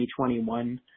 2021